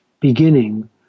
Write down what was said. beginning